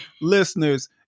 listeners